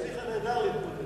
הצליחה נהדר להתמודד עם זה.